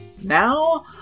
Now